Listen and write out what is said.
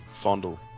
fondle